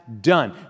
done